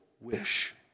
wish